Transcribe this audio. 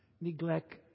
Neglect